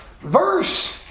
verse